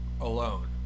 alone